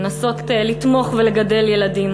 לנסות לתמוך בילדים ולגדל אותם.